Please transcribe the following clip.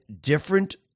different